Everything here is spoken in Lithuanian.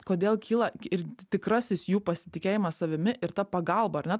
kodėl kyla ir tikrasis jų pasitikėjimas savimi ir ta pagalba ar ne